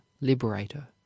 Liberator